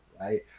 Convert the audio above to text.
right